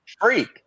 Freak